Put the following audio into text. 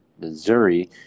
Missouri